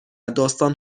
داستان